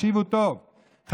תקשיבו טוב,